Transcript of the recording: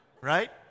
Right